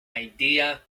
idea